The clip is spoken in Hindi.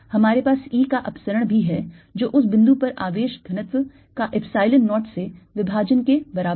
हमारे पास E का अपसरण भी है जो उस बिंदु पर आवेश घनत्व का epsilon 0 से विभाजन के बराबर है